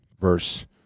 verse